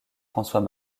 françois